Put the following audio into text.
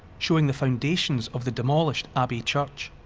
showing the foundations of the demolished abbey church.